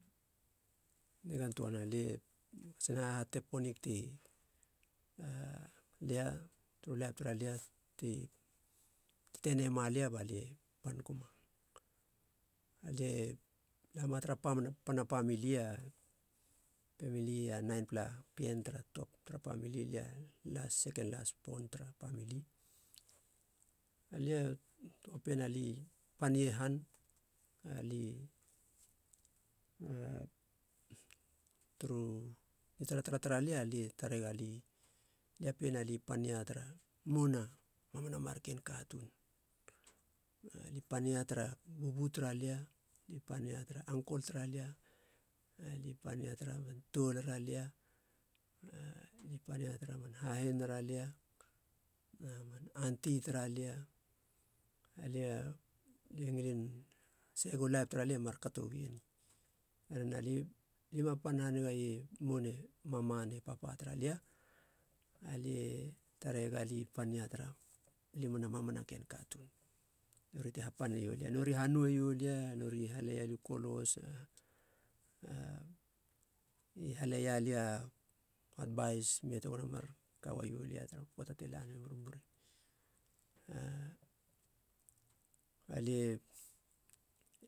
Nigan toana, lie katsin hahatate ponig ti, lia turu laip tara lia ti tetenei malia balie pan guma. Alie lama tara pana pamilie, pemilie, ninepla pien tara tara pemili, lie las seken lasbon tara pamili. Alie toa pien ali pan ie han ali turu nitaratara tara lia alie tarega ali alia pien ali pan ia tara mouna mamana marken katuun, alia pan ia tara bubu tara lia, alia pan ia tara angkol tara lia, alia pan ia tara man toulara lia, alie pan ia tara man hahinara lia, na man anti tara lia, alia alie ngilin segu laip tara lia markato ueni, herena li- lima pan haniga ie mouna mama ne papa tara lia. Alie tarega li pan ia tara limana mamana ken katuun, nori ti hapaneniolia, nori hanoe iolia, nori hale ialiu kolos, a- i hale ialia atbais me tegona mar kauaiolia tara poata te lanami murimuri alie,